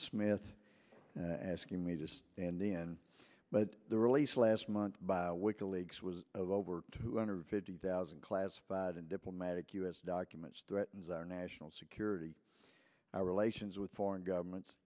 smith and asking me just and then but the release last month by wiki leaks was of over two hundred fifty thousand classified and diplomatic u s documents threatens our national security our relations with foreign governments